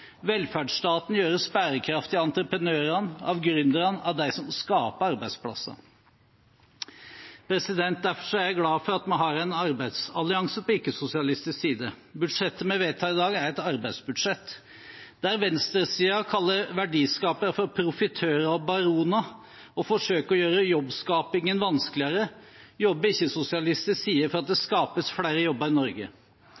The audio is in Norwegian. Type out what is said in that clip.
Velferdsstaten gjøres bærekraftig av entreprenørene, av gründerne, av dem som skaper arbeidsplasser. Derfor er jeg er glad for at vi har en arbeidsallianse på ikke-sosialistisk side. Budsjettet vi vedtar i dag, er et arbeidsbudsjett. Der venstresiden kaller verdiskapere for profitører og baroner og forsøker å gjøre jobbskapingen vanskeligere, jobber ikke-sosialistisk side for at det